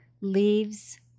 leaves